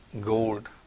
gold